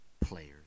players